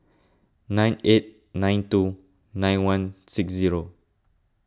nine eight nine two nine one six zero